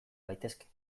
gaitezke